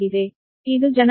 ಇದು generator 1 j0